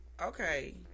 okay